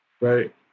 right